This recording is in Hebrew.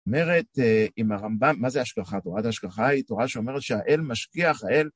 [--]מרת עם הרמב״ם, מה זה השגחה? תורת ההשגחה היא תורה שאומרת שהאל משגיח, האל...